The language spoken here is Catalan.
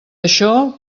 això